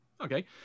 Okay